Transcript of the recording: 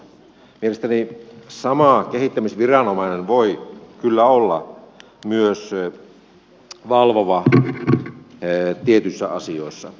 mielestäni sama kehittämisviranomainen voi kyllä olla myös valvova tietyissä asioissa